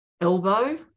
Elbow